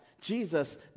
Jesus